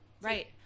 Right